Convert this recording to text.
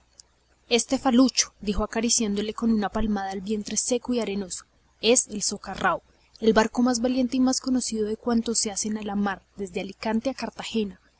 historia este falucho dijo acariciándole con una palmada el vientre seco y arenoso es el socarrao el barco más valiente y más conocido de cuantos se hacen al mar desde alicante a cartagena